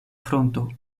frunto